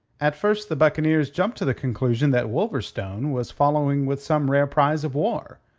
at first the buccaneers jumped to the conclusion that wolverstone was following with some rare prize of war,